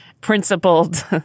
principled